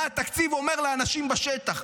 מה התקציב אומר לאנשים בשטח?